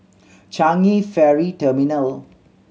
Changi Ferry Terminal